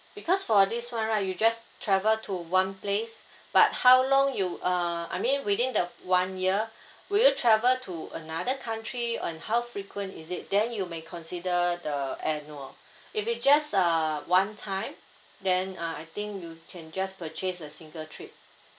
because for this [one] right you just travel to one place but how long you uh I mean within the one year will you travel to another country and how frequent is it then you may consider the annual if it just uh one time then uh I think you can just purchase a single trip